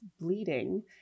bleeding